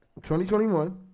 2021